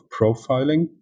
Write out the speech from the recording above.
Profiling